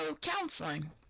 counseling